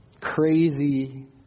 crazy